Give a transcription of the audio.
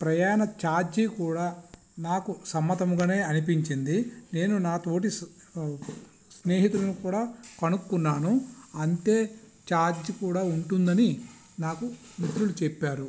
ప్రయాణ చార్జీ కూడా నాకు సమ్మతముగానే అనిపించింది నేను నా తోటి స్నేహితులను కూడా కనుక్కున్నాను అంతే చార్జ్ కూడా ఉంటుందని నాకు మిత్రుడు చెప్పాడు